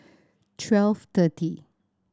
twelve thirty